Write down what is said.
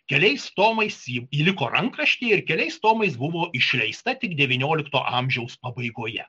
keliais tomais ji liko rankraštyje ir keliais tomais buvo išleista tik devyniolikto amžiaus pabaigoje